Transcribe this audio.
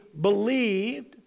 believed